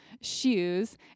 shoes